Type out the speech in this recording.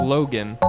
Logan